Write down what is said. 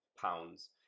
pounds